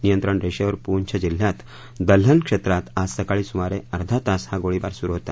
नियंत्रण रेषेवर पूंछ जिल्ह्यात दल्हन क्षेत्रात आज सकाळी सुमारे अर्धा तास हा गोळीबार सुरु होता